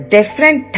different